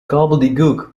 gobbledegook